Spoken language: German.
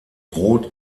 rot